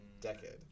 Decade